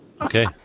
Okay